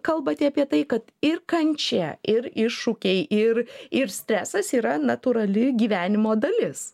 kalbate apie tai kad ir kančia ir iššūkiai ir ir stresas yra natūrali gyvenimo dalis